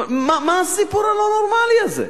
מה הסיפור הלא-נורמלי הזה?